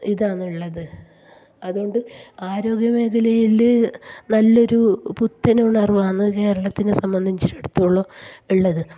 ഇതാണുള്ളത് അതുകൊണ്ട് ആരോഗ്യമേഖലയിൽ നല്ലൊരു പുത്തൻ ഉണർവാണ് കേരളത്തിനെ സംബന്ധിച്ചിടത്തോളം ഉള്ളത്